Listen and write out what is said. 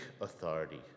authority